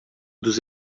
dos